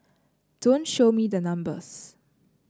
don't show me the numbers